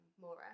Mora